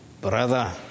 brother